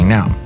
Now